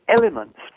elements